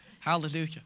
Hallelujah